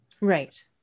Right